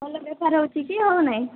ଭଲ ବେପାର ହେଉଛି କି ହଉ ନାଇଁ